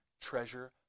treasure